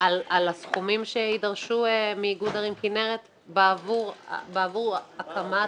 על הסכומים שיידרשו מאיגוד ערים כנרת בעבור הקמת